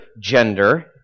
gender